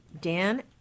Dan